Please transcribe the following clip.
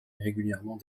irrégulièrement